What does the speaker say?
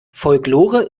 folklore